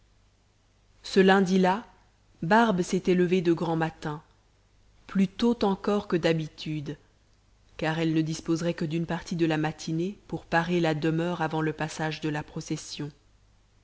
ce lundi là barbe s'était levée de grand matin plus tôt encore que d'habitude car elle ne disposerait que d'une partie de la matinée pour parer la demeure avant le passage de la procession